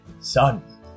son